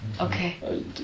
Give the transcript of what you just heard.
Okay